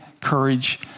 courage